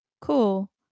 cool